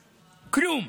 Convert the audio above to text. כלום,